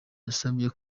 yasabye